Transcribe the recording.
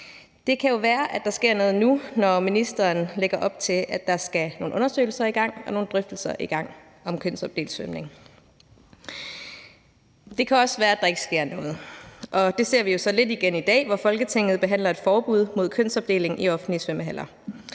Det kan jo være, at der sker noget nu, når ministeren lægger op til, at der skal nogle undersøgelser og nogle drøftelser i gang om kønsopdelt svømning. Det kan også være, at der ikke sker noget, og det ser vi jo så lidt igen i dag, hvor Folketinget behandler et forbud mod kønsopdeling i offentlige svømmehaller.